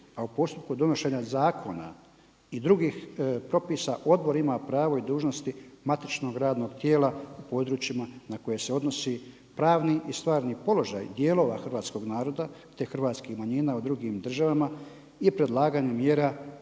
A u postupku donošenja zakona i drugih propisa odbor ima pravo i dužnosti matičnog radnog tijela u područjima na koje se odnosi pravni i stvarni položaj dijelova hrvatskoga naroda te hrvatskih manjina u drugim državama i predlaganje mjera